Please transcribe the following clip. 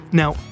now